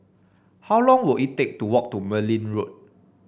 how long will it take to walk to Merryn Road